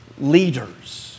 Leaders